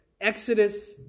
Exodus